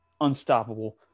unstoppable